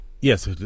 yes